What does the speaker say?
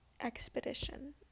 expedition